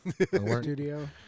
studio